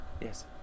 Yes